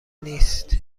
نیست